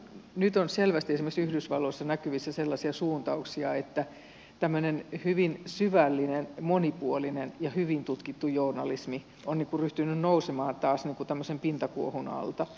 nyt on selvästi esimerkiksi yhdysvalloissa näkyvissä sellaisia suuntauksia että tämmöinen hyvin syvällinen monipuolinen ja hyvin tutkittu journalismi on ryhtynyt taas nousemaan tämmöisen pintakuohun alta